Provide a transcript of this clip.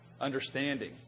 understanding